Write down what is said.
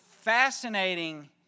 fascinating